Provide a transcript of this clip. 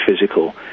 physical